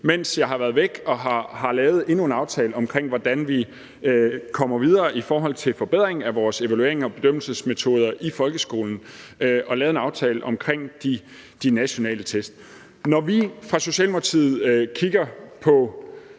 mens jeg har været væk, og har lavet endnu en aftale om, hvordan vi kommer videre i forhold til forbedring af vores evaluerings- og bedømmelsesmetoder i folkeskolen, og har lavet en aftale om de nationale test. Når vi i Socialdemokratiet kigger på,